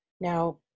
Now